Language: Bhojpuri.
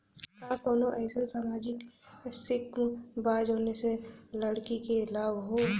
का कौनौ अईसन सामाजिक स्किम बा जौने से लड़की के लाभ हो?